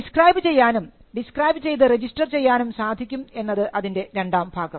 describe ചെയ്യാനും describe ചെയ്തത് register ചെയ്യാനും സാധിക്കും എന്നത് അതിൻറെ രണ്ടാംഭാഗം